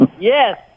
Yes